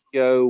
go